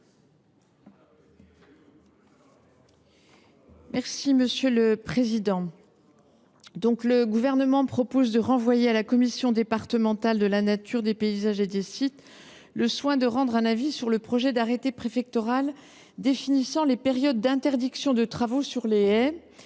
est à Mme la ministre. Le Gouvernement propose de renvoyer à la commission départementale de la nature, des paysages et des sites (CDNPS) le soin de rendre un avis sur le projet d’arrêté préfectoral définissant les périodes d’interdiction de travaux sur les haies,